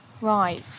Right